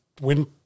win